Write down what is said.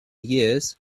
years